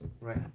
Right